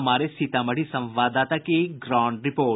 हमारे सीतामढी संवाददाता की ग्राउंड रिपोर्ट